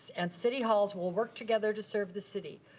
and city halls will work together to serve the city.